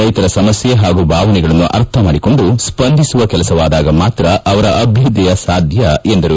ರೈತರ ಸಮಸ್ನೆ ಹಾಗೂ ಭಾವನೆಗಳನ್ನು ಅರ್ಥಮಾಡಿಕೊಂಡು ಸ್ಪಂದಿಸುವ ಕೆಲಸವಾದಾಗ ಮಾತ್ರ ಅವರ ಅಭ್ನುದಯ ಸಾಧ್ಯ ಎಂದರು